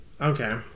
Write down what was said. Okay